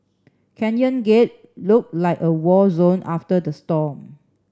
Canyon Gate looked like a war zone after the storm